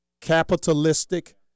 capitalistic